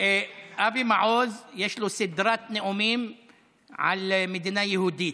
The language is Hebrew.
אבי מעוז, יש לו סדרת נאומים על מדינה יהודית.